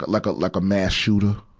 but like a, like a mass shooter.